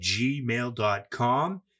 gmail.com